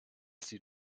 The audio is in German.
sie